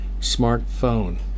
smartphone